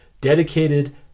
dedicated